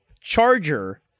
charger